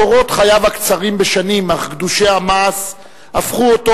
קורות חייו הקצרים בשנים אך גדושי המעש הפכו אותו,